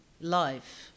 life